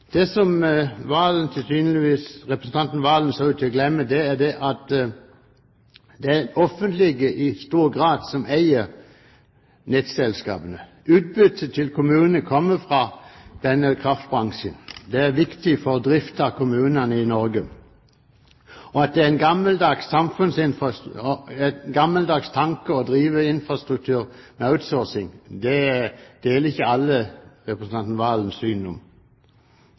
representanten Serigstad Valen ser ut til å glemme, er at det i stor grad er det offentlige som eier nettselskapene. Utbyttet til kommunene kommer fra denne kraftbransjen – det er viktig for drift av kommunene i Norge – og at det er en gammeldags tanke å drive infrastruktur med outsourcing, deler vel ikke alle representanten Serigstad Valens syn